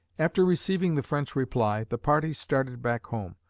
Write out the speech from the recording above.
after receiving the french reply, the party started back home,